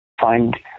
find